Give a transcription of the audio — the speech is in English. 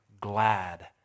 glad